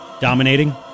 Dominating